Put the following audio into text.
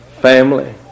family